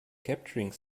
capturing